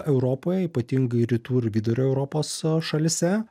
europoje ypatingai rytų ir vidurio europos šalyse